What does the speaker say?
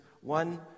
one